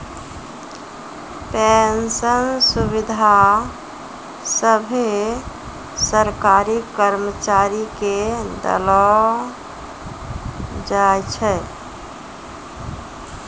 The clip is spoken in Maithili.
पेंशन सुविधा सभे सरकारी कर्मचारी के देलो जाय छै